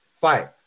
fight